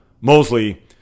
Mosley